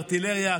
ארטילריה,